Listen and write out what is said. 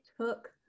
took